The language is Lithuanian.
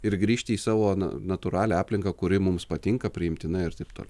ir grįžti į savo na natūralią aplinką kuri mums patinka priimtina ir taip toliau